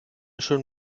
schön